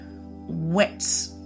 wet